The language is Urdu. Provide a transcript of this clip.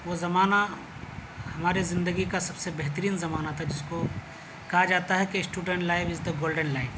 وہ زمانہ ہمارے زندگی کا سب سے بہترین زمانہ تھا جس کو کہا جاتا ہے کہ student life is the golden life